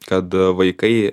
kad vaikai